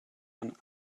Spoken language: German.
ein